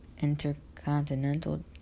intercontinental